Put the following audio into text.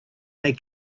they